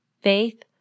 faith